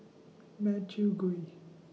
Matthew Ngui